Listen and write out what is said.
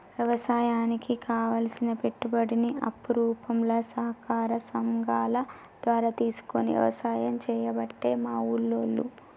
వ్యవసాయానికి కావలసిన పెట్టుబడిని అప్పు రూపంల సహకార సంగాల ద్వారా తీసుకొని వ్యసాయం చేయబట్టే మా ఉల్లోళ్ళు